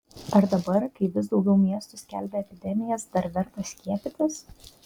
ar dabar kai vis daugiau miestų skelbia epidemijas dar verta skiepytis